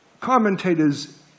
commentators